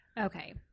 Okay